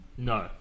No